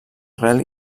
arrel